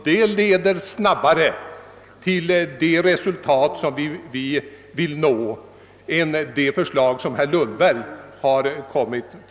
Detta leder snabbare till det resultat vi vill uppnå än herr Lundbergs förslag.